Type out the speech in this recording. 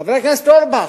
חבר הכנסת אורבך,